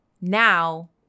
now